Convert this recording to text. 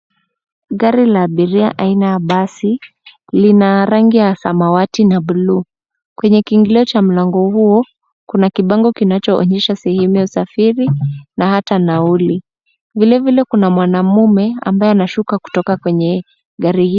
Gari la abiria aina ya basi, lina rangi ya samawati na buluu. Kwenye kiingilio cha mlango huo kuna kibango kinachoonyesha sehemu ya usafiri na hata nauli. Vile vile kuna mwanaume ambaye anashuka kutoka kwenye gari hilo.